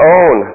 own